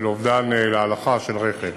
של אובדן להלכה, של רכב.